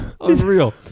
Unreal